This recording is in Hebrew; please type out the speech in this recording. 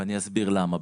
ואני אסביר למה.